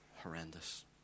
horrendous